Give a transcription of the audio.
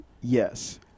Yes